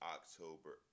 October